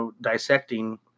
dissecting